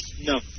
No